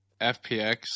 FPX